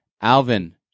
Alvin